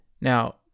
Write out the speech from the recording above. Now